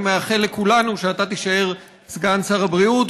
אני מאחל לכולנו שאתה תישאר סגן שר הבריאות